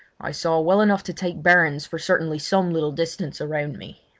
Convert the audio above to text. i saw well enough to take bearings for certainly some little distance around me.